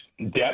depth